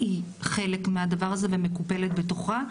היא חלק מהדבר הזה ומקופלת בתוכה.